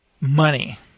money